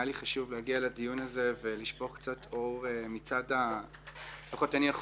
היה לי חשוב להגיע לדיון הזה ולשפוך קצת אור מצד --- לפחות אני יכול